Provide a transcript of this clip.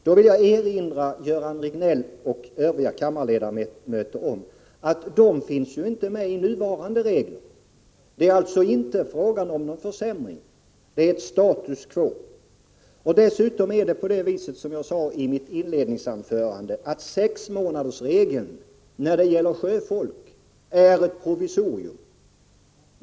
Jag vill erinra Göran Riegnell och övriga kammarledamöter om att dessa kategorier inte berörs av nuvarande regler. Det är alltså inte fråga om någon försämring, utan status quo. Sexmånadersregeln när det gäller sjöfolk är dessutom, som jag sade i mitt inledningsanförande, ett provisorium.